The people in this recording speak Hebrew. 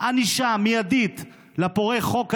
ענישה מיידית לפורעי החוק האלה,